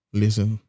listen